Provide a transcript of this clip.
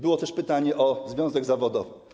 Było też pytanie o związek zawodowy.